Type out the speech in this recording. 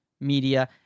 media